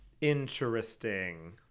Interesting